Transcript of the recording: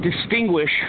distinguish